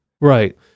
right